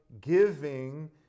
giving